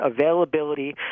availability